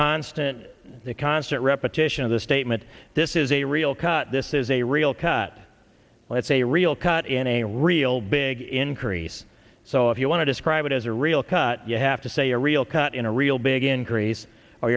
constant the constant repetition of the statement this is a real cut this is a real cut let's a real cut in a real big increase so if you want to describe it as a real cut you have to say a real cut in a real big increase or